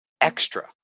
extra